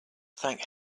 thank